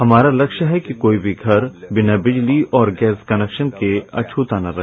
हमारा लक्ष्य है कि कोई भी घर बिना बिजली और गैस कनेक्शन के अछूता न रहे